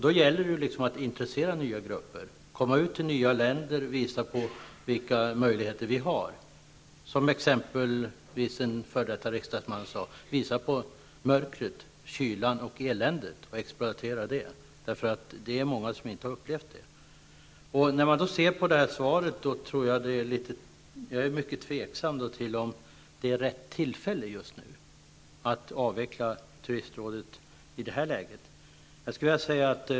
Då gäller det att intressera nya grupper, komma ut till nya länder och visa vilka möjligheter vi har. En före detta riksdagsman sade: Visa mörkret, kylan och eländet och exploatera det. Det är många som inte har upplevt detta. När jag ser på svaret tänker jag att det är osäkert om det är rätt tillfälle just nu att avveckla turistrådet.